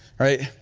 right?